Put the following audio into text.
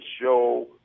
show